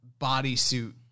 bodysuit